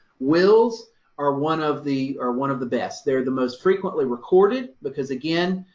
wills are one of the, are one of the best. they're the most frequently recorded, because again,